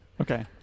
Okay